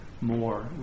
more